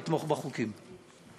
לתמוך בחוקים.